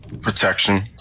protection